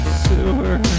sewer